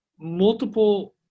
multiple